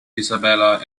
isabella